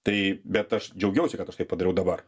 tai bet aš džiaugiausi kad aš tai padariau dabar